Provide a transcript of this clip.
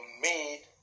made